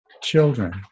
children